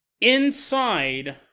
inside